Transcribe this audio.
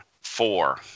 four